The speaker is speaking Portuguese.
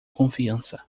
confiança